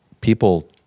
people